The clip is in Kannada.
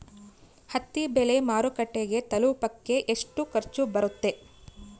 ಹತ್ತಿ ಬೆಳೆ ಮಾರುಕಟ್ಟೆಗೆ ತಲುಪಕೆ ಎಷ್ಟು ಖರ್ಚು ಬರುತ್ತೆ?